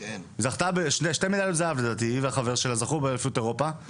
זכתה בשתי מדליות זהב באליפות אירופה,